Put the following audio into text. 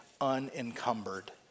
unencumbered